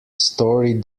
story